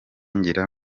ngira